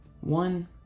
One